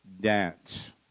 dance